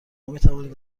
میتوانید